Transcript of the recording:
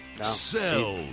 Sell